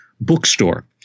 bookstore